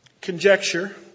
Conjecture